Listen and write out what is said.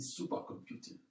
supercomputing